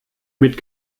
mit